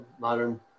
Modern